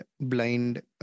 blind